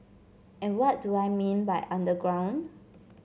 and what do I mean by underground